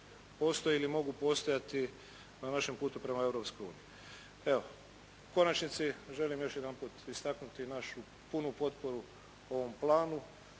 postoje ili mogu postojati na našem putu prema Europskoj uniji. Evo u konačnici želim još jedanput istaknuti našu punu potporu ovom planu